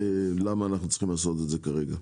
למה אנחנו צריכים לעשות את זה כרגע,